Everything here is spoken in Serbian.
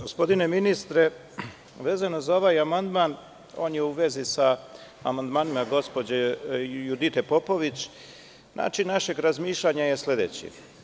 Gospodine ministre, vezano za ovaj amandman, on je u vezi amandmanima gospođe Judite Popović, način našeg razmišljanja je sledeći.